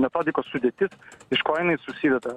metodikos sudėtis iš ko jinai susideda